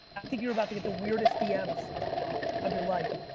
think you're about to get the weirdest dms of your life.